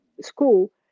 school